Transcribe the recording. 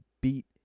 beat